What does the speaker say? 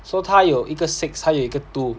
so 他有一个 six 他有一个 two